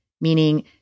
meaning